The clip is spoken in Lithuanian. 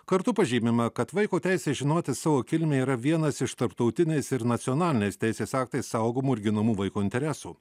kartu pažymima kad vaiko teisė žinoti savo kilmę yra vienas iš tarptautinės ir nacionalinės teisės aktais saugomų ir ginamų vaiko interesų